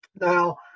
Now